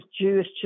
Jewish